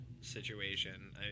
situation